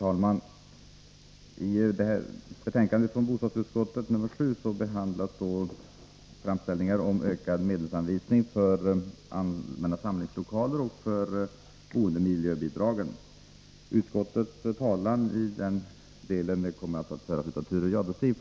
Herr talman! I bostadsutskottets betänkande nr 7 behandlas framställningar om ökad medelsanvisning för allmänna samlingslokaler och för boendemiljöbidragen. Utskottets talan i den delen kommer att föras av Thure Jadestig.